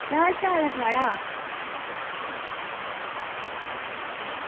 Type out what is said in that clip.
केह् हाल चाल ऐ थुआढ़ा